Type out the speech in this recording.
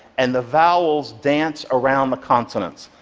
and the vowels dance around the consonants.